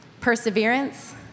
perseverance